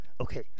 okay